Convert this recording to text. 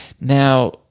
Now